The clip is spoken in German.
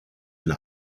eine